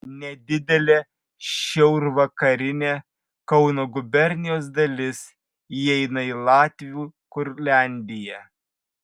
nedidelė šiaurvakarinė kauno gubernijos dalis įeina į latvių kurliandiją